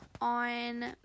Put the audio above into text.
on